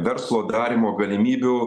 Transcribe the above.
verslo darymo galimybių